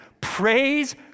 praise